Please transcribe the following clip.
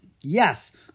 Yes